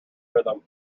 rhythm